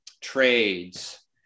trades